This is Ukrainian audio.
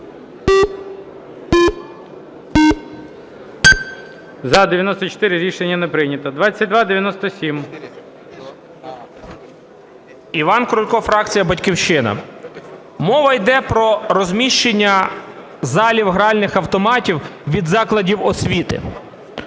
За-94 Рішення не прийнято. 2297. 13:30:53 КРУЛЬКО І.І. Іван Крулько, фракція "Батьківщина". Мова йде про розміщення залів гральних автоматів від закладів освіти.